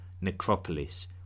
Necropolis